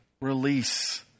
release